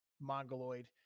mongoloid